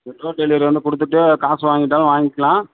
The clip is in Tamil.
டோர் டெலிவெரி வந்து கொடுத்துட்டு காசு வாங்கிகிட்டாலும் வாங்கிக்கலாம்